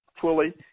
fully